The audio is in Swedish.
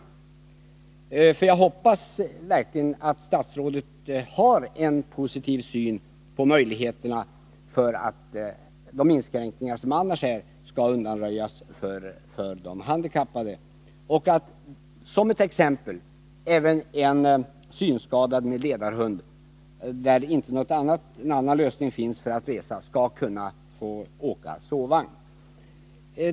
För jag hoppas verkligen att statsrådet har en positiv syn på möjligheterna att de inskränkningar som annars gäller för de handikappade skall undanröjas och att även en synskadad med ledarhund, när inte någon annan lösning står till buds, skall kunna resa i sovvagn.